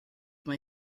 mae